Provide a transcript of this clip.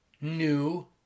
New